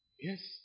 Yes